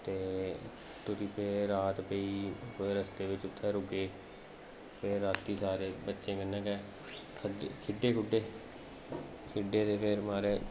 ते टुरी पे ते रात पेई रस्ते कुतै बिच्च उत्थै रुके फिर रातीं सारें बच्चे कन्नै गै खेढे खूढे खेढे ते फिर माराज